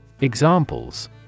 Examples